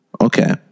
Okay